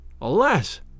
alas